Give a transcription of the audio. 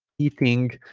eating